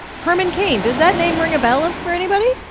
herman cain does that name ring a bell for anybody?